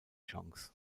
chance